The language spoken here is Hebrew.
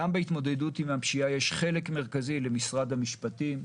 גם בהתמודדות עם הפשיעה יש חלק מרכזי למשרד המשפטים,